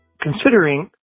Considering